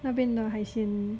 那边的海鲜